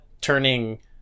turning